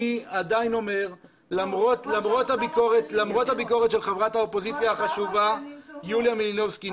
אני אומר שלמרות הביקורת של חברת האופוזיציה החשובה יוליה מלינובסקי,